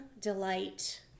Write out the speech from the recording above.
Delight